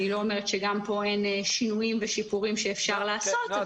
אני לא אומרת שגם פה אין שינויים ושיפורים שאפשר לעשות,